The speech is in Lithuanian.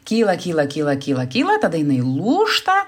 kyla kyla kyla kyla kyla tada jinai lūžta